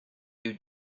you